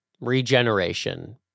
regeneration